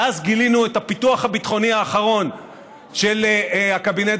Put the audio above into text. ואז גילינו את הפיתוח הביטחוני האחרון של הקבינט